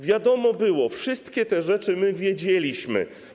Wiadomo było, wszystkie te rzeczy my wiedzieliśmy.